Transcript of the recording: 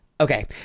Okay